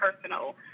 personal